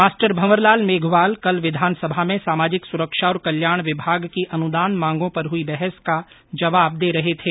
master Bhanwarlal Meghwal कल विधानसभा में सामाजिक सुरक्षा और कल्याण विभाग की अनुदान मांगों पर हुई बहस का जवाब दे रहे थे